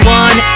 one